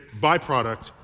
byproduct